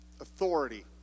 authority